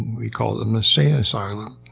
we call them insane asylum.